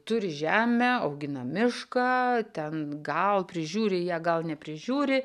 turi žemę augina mišką ten gal prižiūri ją gal neprižiūri